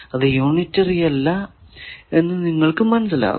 അത് യൂണിറ്ററി അല്ല എന്ന് നിങ്ങൾക്കു മനസ്സിലാകും